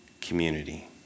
community